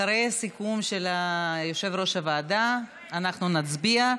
אחרי הסיכום של יושב-ראש הוועדה אנחנו נצביע.